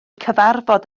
cyfarfod